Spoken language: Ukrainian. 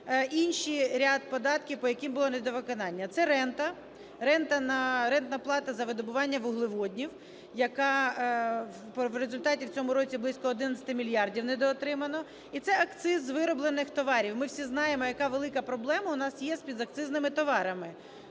інший ряд податків, по яким було недовиконання, - це рента, рентна плата за видобування вуглеводнів, якої в результаті в цьому році близько 11 мільярдів недоотримано. І це акциз з вироблених товарів. Ми всі знаємо, яка велика проблема у нас є з підакцизними товарами